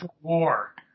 war